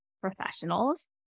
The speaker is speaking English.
professionals